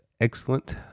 excellent